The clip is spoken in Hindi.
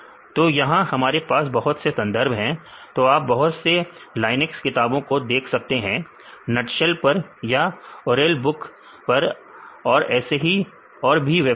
तो यहां हमारे पास बहुत से संदर्भ है तो आप बहुत से लाइनेक्स किताबों को देख सकते हैं नटशेल पर या ऑरेली बुक Oreilly's book पर और ऐसे ही और भी वेबसाइट पर